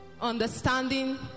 understanding